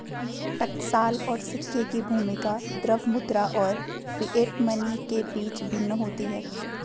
टकसाल और सिक्के की भूमिका द्रव्य मुद्रा और फिएट मनी के बीच भिन्न होती है